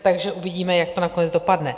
Takže uvidíme, jak to nakonec dopadne.